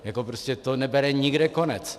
Jako prostě to nebere nikde konec.